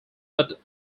but